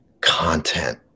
content